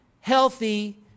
healthy